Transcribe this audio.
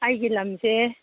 ꯑꯩꯒꯤ ꯂꯝꯁꯦ